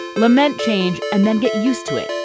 lament change and then get used to it,